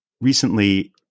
Recently